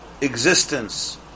existence